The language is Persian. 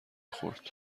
خورد